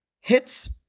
hits